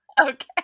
Okay